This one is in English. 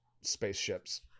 spaceships